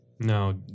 No